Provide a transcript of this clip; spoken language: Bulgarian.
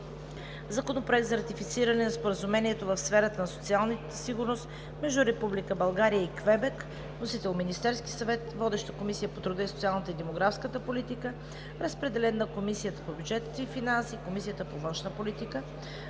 Законопроект за ратифициране на Споразумението в сферата на социалната сигурност между Република България и Квебек. Вносител е Министерският съвет. Водеща е Комисията по труда, социалната и демографската политика. Разпределен е на Комисията по бюджет и финанси и Комисията по външна политика.